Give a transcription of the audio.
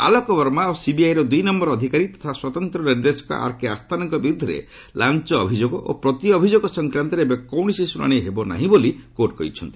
ଆଲୋକବର୍ମା ଓ ସିବିଆଇ ର ଦୁଇ ନମ୍ଭର ଅଧିକାରୀ ତଥା ସ୍ୱତନ୍ତ ନିର୍ଦ୍ଦେଶକ ଆର୍କେ ଆସ୍ଥାନାଙ୍କ ବିରୁଦ୍ଧରେ ଲାଞ୍ଚ ଅଭିଯୋଗ ଓ ପ୍ରତି ଅଭିଯୋଗ ସଂକ୍ରାନ୍ତରେ ଏବେ କୌଣସି ଶୁଣାଣି ହେବ ନାହିଁ ବୋଲି କୋର୍ଟ କହିଛନ୍ତି